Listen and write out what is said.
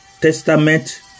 Testament